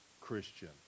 christian